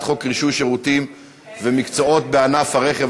חוק רישוי שירותים ומקצועות בענף הרכב,